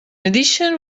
addition